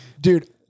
Dude